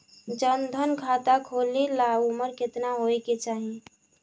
जन धन खाता खोले ला उमर केतना होए के चाही?